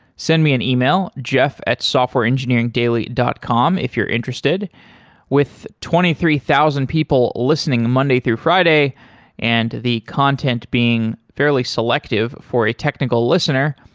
send me an e-mail jeff at softwareengineeringdaily dot com if you're interested with twenty three thousand people listening monday through friday and the content being fairly selective for a technical listener,